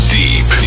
deep